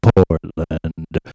Portland